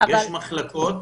יש מחלקות